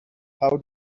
how